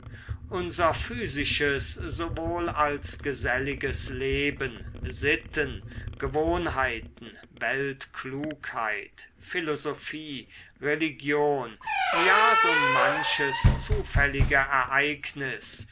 unser physisches sowohl als geselliges leben sitten gewohnheiten weltklugheit philosophie religion ja so manches zufällige ereignis